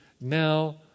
now